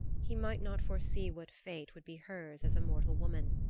he might not foresee what fate would be hers as a mortal woman.